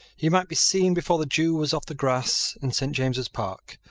he might be seen, before the dew was off the grass in st. james's park,